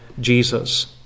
Jesus